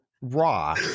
raw